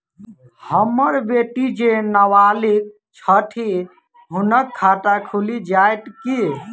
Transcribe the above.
हम्मर बेटी जेँ नबालिग छथि हुनक खाता खुलि जाइत की?